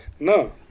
No